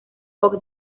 fuck